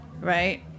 right